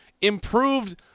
improved